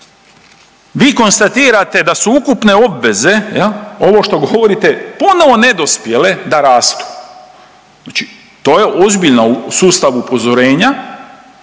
vi konstatirate da su ukupne obveze jel ovo što govorite ponovo nedospjele da rastu, znači to je ozbiljan sustav upozorenja